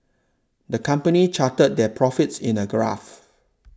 the company charted their profits in a graph